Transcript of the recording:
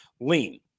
lean